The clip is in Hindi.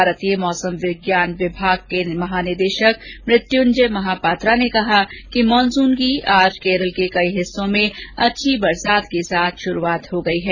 भारतीय मौसम विभाग के महानिदेशक मृत्युंजय महापात्रा ने कहा कि मॉनसून की आज केरल के कई हिस्सों में अच्छी वर्षा के साथ शुरूआत हई है